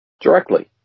Directly